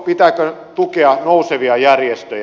pitääkö tukea nousevia järjestöjä